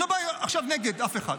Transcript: אני לא בא עכשיו נגד אף אחד.